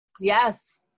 yes